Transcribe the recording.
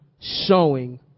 showing